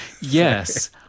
Yes